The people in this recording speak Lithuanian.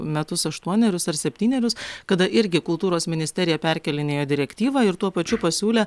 metus aštuonerius ar septynerius kada irgi kultūros ministerija perkėlinėjo direktyvą ir tuo pačiu pasiūlė